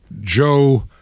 Joe